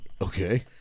Okay